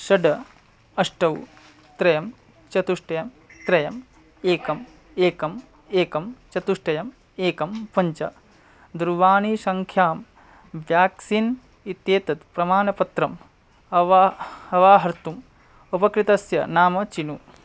षट् अष्ट त्रयं चतुष्टयं त्रयम् एकम् एकम् एकं चतुष्टयं एकं पञ्च दूरवाणीसङ्ख्यां व्याक्सीन् इत्येतत् प्रमाणपत्रम् अवा अवाहर्तुम् उपकृतस्य नाम चिनु